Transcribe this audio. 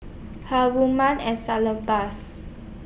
Haruma and Salonpas